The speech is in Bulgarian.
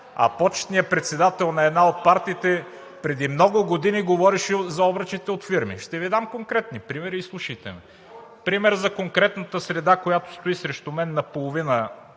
а почетният председател на една от партиите преди много години говореше за обръчите от фирми. Ще Ви дам конкретни примери, изслушайте ме. Пример за конкретната среда, която стои срещу мен наполовина